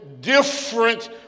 different